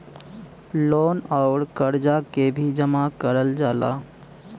loan अउर करजा के भी जमा करल जाला